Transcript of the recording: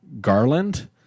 Garland